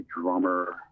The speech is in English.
drummer